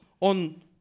on